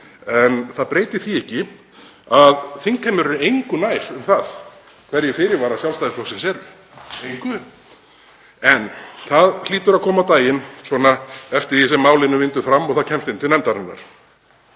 Það breytir því ekki að þingheimur er engu nær um það hverjir fyrirvarar Sjálfstæðisflokksins eru, engu. En það hlýtur að koma á daginn svona eftir því sem málinu vindur fram og það kemst til nefndar.